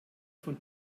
von